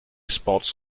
spots